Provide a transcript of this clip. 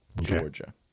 Georgia